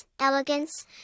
elegance